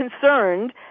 concerned